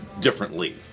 differently